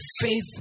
faith